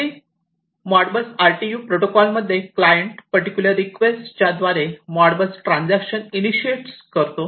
basically Modbus RTU protocol मध्ये client particular request च्या द्वारे मॉडबस ट्रांजेक्शन इनिशियट्स करतो